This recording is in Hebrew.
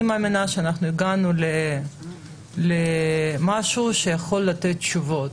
אני מאמינה שהגענו לנוסח שיכול לתת תשובות.